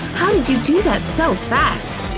how did you do that so fast?